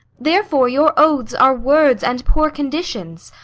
therefore your oaths are words and poor conditions,